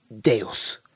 Dios